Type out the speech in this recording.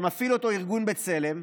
שמפעיל אותו ארגון בצלם,